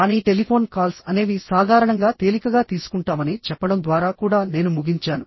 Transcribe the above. కానీ telephone calls అనేవి సాధారణంగా తేలికగా తీసుకుంటామని చెప్పడం ద్వారా కూడా నేను ముగించాను